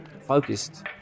focused